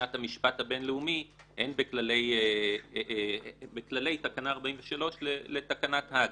מבחינת המשפט הבינלאומי בכללי תקנה 43 לתקנת האג.